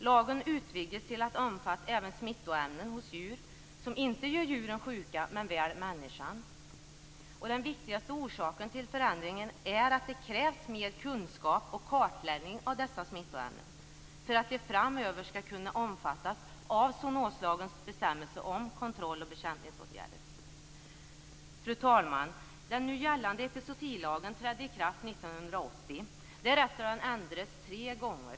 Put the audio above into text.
Lagen utvidgas till att omfatta även smittoämnen hos djur som inte gör djuren sjuka men väl människan. Den viktigaste orsaken till förändringen är att det krävs mer kunskap och kartläggning av dessa smittoämnen för att de framöver skall kunna omfattas av zoonoslagens bestämmelser om kontroll och bekämpningsåtgärder. Fru talman! Den nu gällande epizootilagen trädde i kraft 1980. Därefter har den ändrats tre gånger.